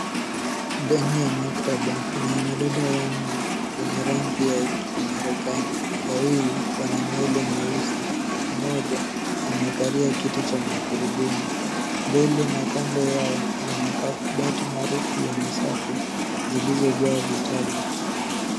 Ndani ya maktaba kuna wanadada wanne wenye rangi ya kimarekani. Wawili wana nywele nyeusi, mmoja amekalia kiti cha magurudumu. Mbele na kando yao kuna makabati marefu yenye safu zilizojaa vitabu.